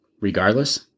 regardless